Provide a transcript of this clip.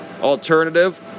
alternative